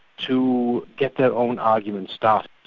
to get their own argument started.